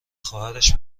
خواهرش